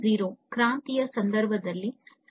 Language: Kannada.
0 ಕ್ರಾಂತಿಯ ಸಂದರ್ಭದಲ್ಲಿ ಸಾಮಾನ್ಯವಾಗಿ ಬಳಸುವ ಪದವಾಗಿದೆ